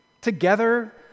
together